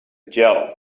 gel